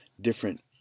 different